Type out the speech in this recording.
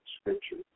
Scripture